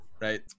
Right